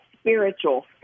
spiritual